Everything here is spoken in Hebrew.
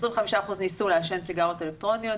25% ניסו לעשן סיגריות אלקטרוניות,